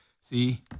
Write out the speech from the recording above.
See